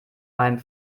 meinem